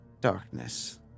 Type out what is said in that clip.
darkness